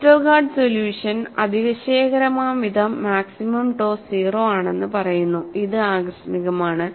Westergaard solution അതിശയകരമാംവിധം maximum to 0 ആണെന്ന് പറയുന്നു ഇത് ആകസ്മികമാണ്